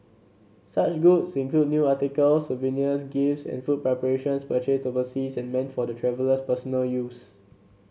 such goods include new articles souvenirs gifts and food preparations purchased overseas and meant for the traveller's personal use